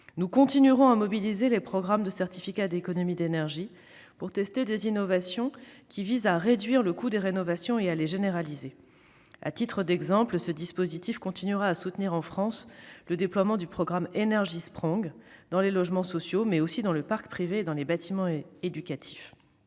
Nous continuerons à mobiliser les programmes de certificats d'économies d'énergie pour tester des innovations qui visent à réduire le coût des rénovations et à les généraliser. À titre d'exemple, le dispositif continuera à soutenir le déploiement en France du programme EnergieSprong dans les logements sociaux, mais aussi dans le parc privé et les bâtiments éducatifs.